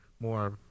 more